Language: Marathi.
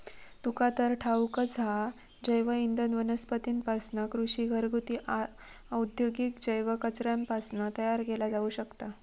तुका तर ठाऊकच हा, जैवइंधन वनस्पतींपासना, कृषी, घरगुती, औद्योगिक जैव कचऱ्यापासना तयार केला जाऊ शकता